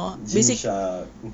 gym shark